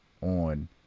on